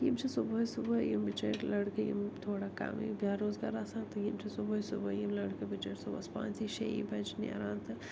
یِم چھِ صُبحٲے صُبحٲے یِم بِچٲرۍ لڑکہٕ یِم تھوڑا کمٕے بیروزگار آسان تہٕ یِم چھِ صُبحٲے صُبحٲے یِم لٔڑکہٕ بِچٲرۍ صُبحس پانٛژی شےٚ یی بجہِ نیران تہٕ